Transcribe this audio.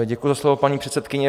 Děkuji za slovo, paní předsedkyně.